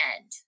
end